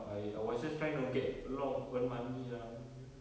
I I was just trying to get along earn money lah you know ya